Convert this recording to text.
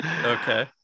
Okay